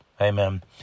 amen